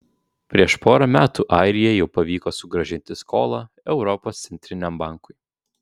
prieš porą metų airijai jau pavyko sugrąžinti skolą europos centriniam bankui